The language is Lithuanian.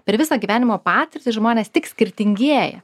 per visą gyvenimo patirtį žmonės tik skirtingėja